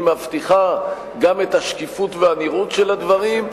היא מבטיחה גם את השקיפות והנראות של הדברים,